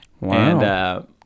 Wow